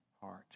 heart